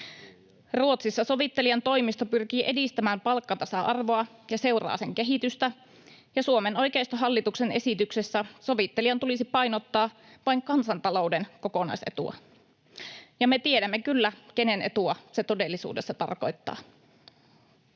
Ruotsissa sovittelijan toimisto pyrkii edistämään palkkatasa-arvoa ja seuraa sen kehitystä, ja Suomen oikeistohallituksen esityksessä sovittelijan tulisi painottaa vain kansantalouden kokonaisetua. Ja me tiedämme kyllä, kenen etua se todellisuudessa tarkoittaa.